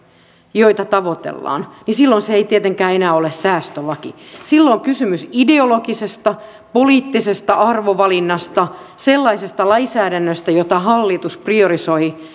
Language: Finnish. joita tavoitellaan niin silloin se ei tietenkään enää ole säästölaki silloin on kysymys ideologisesta poliittisesta arvovalinnasta sellaisesta lainsäädännöstä jota hallitus priorisoi